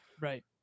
Right